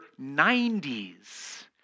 90s